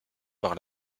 par